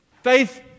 Faith